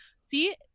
see